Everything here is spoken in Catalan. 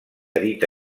edita